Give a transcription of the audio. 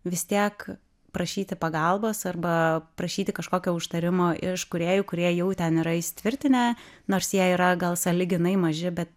vis tiek prašyti pagalbos arba prašyti kažkokio užtarimo iš kūrėjų kurie jau ten yra įsitvirtinę nors jie yra gal sąlyginai maži bet